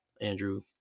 andrew